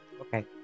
okay